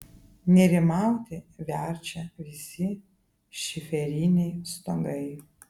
nerimauti verčia visi šiferiniai stogai